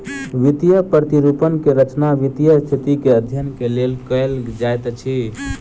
वित्तीय प्रतिरूपण के रचना वित्तीय स्थिति के अध्ययन के लेल कयल जाइत अछि